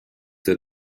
der